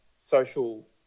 social